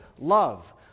love